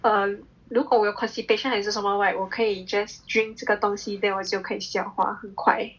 err 如果我有 constipation 还是什么 right 我可以 just drink 这个东西 then 我就可以消化很快